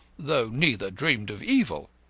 though neither dreamed of evil.